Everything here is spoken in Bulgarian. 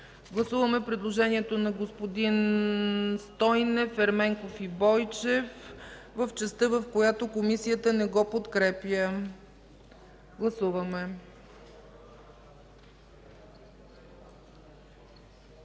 Гласуваме предложението на господата Стойнев, Ерменков и Бойчев в частта, в която Комисията не го подкрепя. Гласуваме.